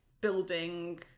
building